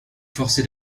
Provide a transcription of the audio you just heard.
forcée